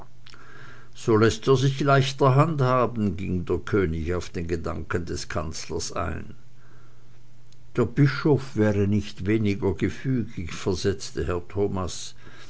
so läßt er sich leichter handhaben ging der könig auf den gedanken seines kanzlers ein der bischof wäre nicht weniger gefügig versetzte herr thomas